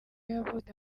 yazutse